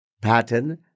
Pattern